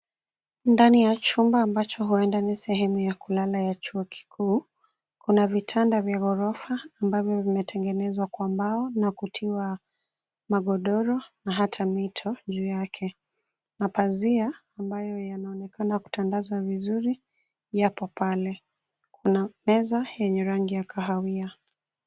Ndani ya chumba ambacho hueda ni sehemu ya kulala ya chuo kikuu. Kuna vitanda vya orofa ambavyo vimetegenezwa kwa mbao na kutiwa magodoro na ata mito juu yake. Mapazia ambayo yanaonekana kutandazwa vizuri yapo pale. Kuna meza yenye rangi ya kahawia.